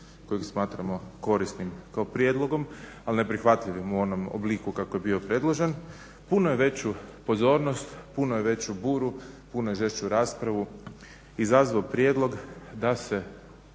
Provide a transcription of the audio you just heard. kojeg smatramo korisnim kao prijedlogom ali neprihvatljivim u onom obliku kako je bio predložen, puno je veću pozornost, puno je veću buru, puno je žešću raspravu izazvao prijedlog da se